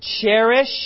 cherish